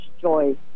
joy